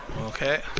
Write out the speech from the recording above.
Okay